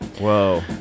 Whoa